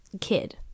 kid